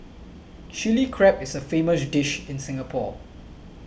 Chilli Crab is a famous dish in Singapore